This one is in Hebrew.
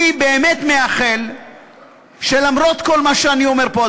אני באמת מאחל שלמרות כל מה שאני אומר פה,